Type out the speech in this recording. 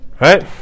Right